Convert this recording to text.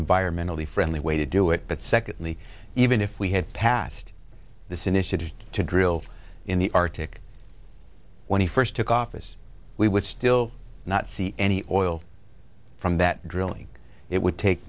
environmentally friendly way to do it but secondly even if we had passed this initiative to drill in the arctic when he first took office we would still not see any oil from that drilling it would take